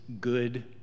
good